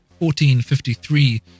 1453